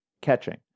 catching